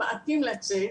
ממעטים לצאת,